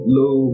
low